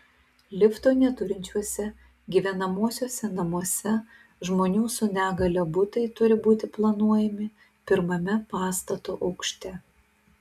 lifto neturinčiuose gyvenamuosiuose namuose žmonių su negalia butai turi būti planuojami pirmame pastato aukšte